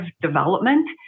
development